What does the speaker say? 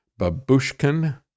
Babushkin